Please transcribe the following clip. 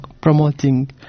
promoting